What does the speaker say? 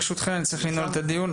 ברשותך אני צריך לנעול את הדיון.